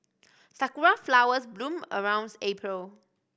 sakura flowers bloom around April